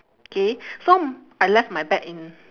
K so I left my bag in